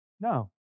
No